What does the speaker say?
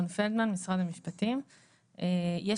במשרד המשפטים תסביר.